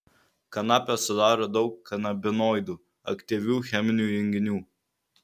kanapę sudaro daug kanabinoidų aktyvių cheminių junginių